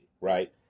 Right